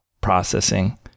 processing